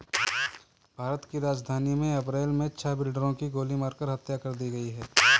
भारत की राजधानी में अप्रैल मे छह बिल्डरों की गोली मारकर हत्या कर दी है